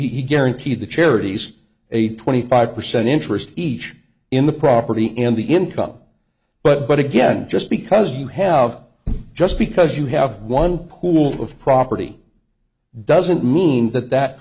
guaranteed the charity's a twenty five percent interest each in the property and the income but but again just because you have just because you have one pool of property doesn't mean that that